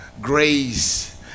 Grace